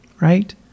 right